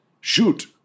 shoot